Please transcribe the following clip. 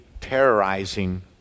terrorizing